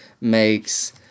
makes